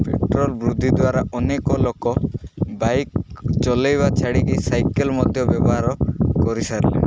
petrol ବୃଦ୍ଧି ଦ୍ୱାରା ଅନେକ ଲୋକ ବାଇକ୍ ଚଲାଇବା ଛାଡ଼ିକି ସାଇକେଲ୍ ମଧ୍ୟ ବ୍ୟବହାର କରିସାରିଲେଣି